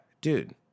dude